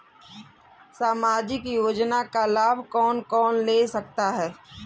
सामाजिक योजना का लाभ कौन कौन ले सकता है?